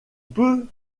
peut